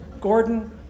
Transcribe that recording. Gordon